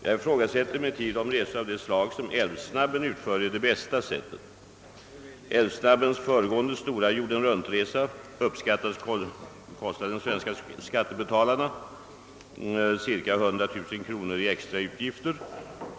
Jag ifrågasätter emellertid om resor av det slag som Älvsnab ben gör är det bästa sättet. älvsnabbens föregående jordenruntresa uppskattades kosta de svenska skattebetalarna cirka 100 000 kronor i extra utgifter.